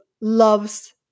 loves